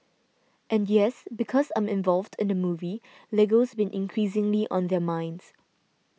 and yes because I'm involved in the movie Lego's been increasingly on their minds